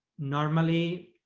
normally,